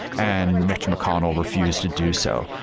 and mitch mcconnell refused to do so.